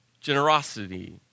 generosity